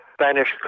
Spanish